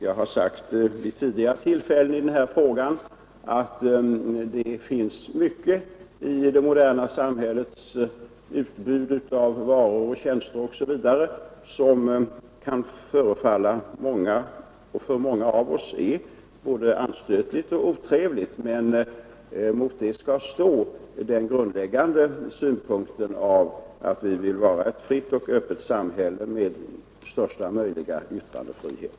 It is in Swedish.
Jag har vid tidigare tillfällen sagt att det finns mycket i det moderna samhällets utbud av varor och tjänster m.m. som för många av oss kan vara både anstötligt och otrevligt, men mot det skall stå den grundläggande synpunkten att vi vill ha ett fritt och öppet samhälle med största möjliga yttrandefrihet